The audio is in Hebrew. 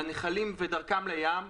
לנחלים ודרכם לים,